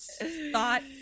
thought